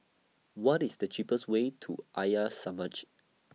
What IS The cheapest Way to Arya Samaj